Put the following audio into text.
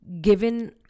given